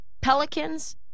Pelicans